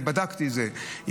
אני בדקתי את זה,